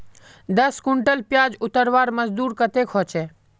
दस कुंटल प्याज उतरवार मजदूरी कतेक होचए?